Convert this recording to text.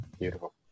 beautiful